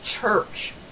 church